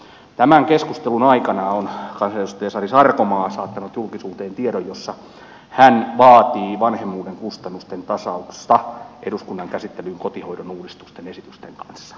tämän keskustelun aikana on kansanedustaja sari sarkomaa saattanut julkisuuteen tiedon jossa hän vaatii vanhemmuuden kustannusten tasausta eduskunnan käsittelyyn kotihoidon uudistusten esitysten kanssa